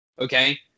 Okay